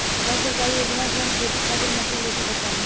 कौन सरकारी योजना से हम खेती खातिर मशीन ले सकत बानी?